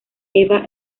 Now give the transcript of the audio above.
eva